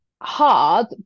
hard